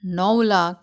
णव लाख